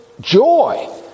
joy